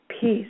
peace